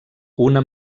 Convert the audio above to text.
una